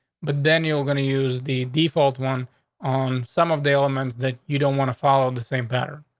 but then you're going to use the default one on some of the elements that you don't want to follow the same pattern.